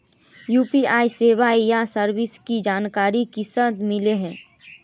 UPI सेवाएँ या services की जानकारी कुंसम मिलबे?